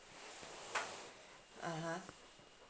(uh huh)